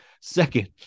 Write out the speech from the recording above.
second